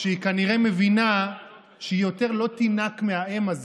כשהיא כנראה מבינה שהיא יותר לא תינק מהאם הזאת,